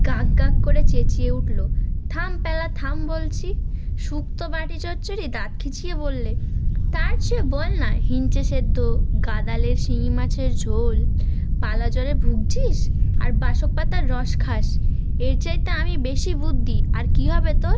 গাঁক গাঁক করে চেঁচিয়ে উঠল থাম প্যালা থাম বলছি শুক্তো বাটি চচ্চড়ি দাঁত খিঁচিয়ে বলল তার চেয়ে বল না হিঞ্চে সেদ্ধ গাঁদালের শিঙি মাছের ঝোল পালা জ্বরে ভুগছিস আর বাসক পাতার রস খাস এর চাইতে আমি বেশি বুদ্ধি আর কী হবে তোর